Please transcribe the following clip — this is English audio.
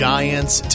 Giants